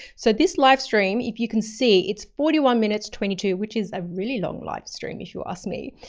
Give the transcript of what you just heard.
so this live stream, if you can see it's forty one minutes, twenty two which is a really long live stream if you ask me,